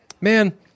Man